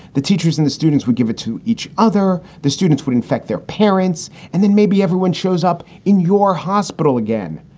the teachers and the students would give it to each other. the students would infect their parents and then maybe everyone shows up in your hospital again.